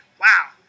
Wow